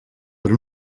per